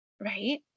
Right